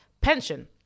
pension